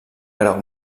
grau